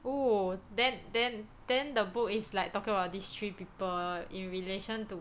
oh then then then the book is like talking about these three people in relation to